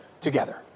together